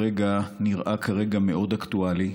שנראה כרגע מאוד אקטואלי,